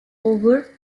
over